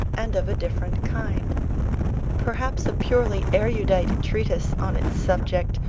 and of a different kind perhaps a purely erudite treatise on its subject,